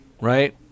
right